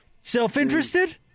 self-interested